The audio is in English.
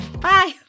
Bye